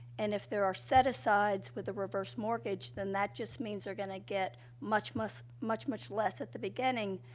and if there are set-asides with the reverse mortgage, then that just means they're going to get much much, much much less at the beginning.